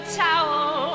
towel